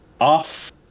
off